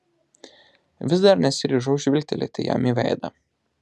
vis dar nesiryžau žvilgtelėti jam į veidą